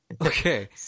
Okay